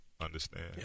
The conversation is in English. understand